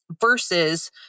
versus